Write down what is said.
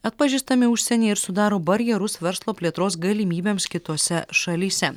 atpažįstami užsienyje ir sudaro barjerus verslo plėtros galimybėms kitose šalyse